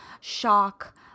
shock